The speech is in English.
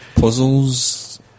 Puzzles